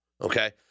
Okay